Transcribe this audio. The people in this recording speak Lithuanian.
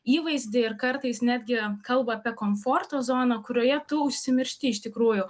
įvaizdį ir kartais netgi kalba apie komforto zoną kurioje tu užsimiršti iš tikrųjų